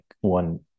one